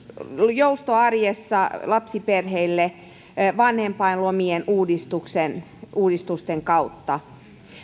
joustoa arjessa lapsiperheille vanhempainlomien uudistusten kautta